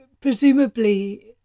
presumably